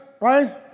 Right